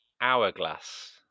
hourglass